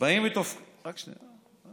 רק שנייה.